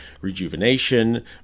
rejuvenation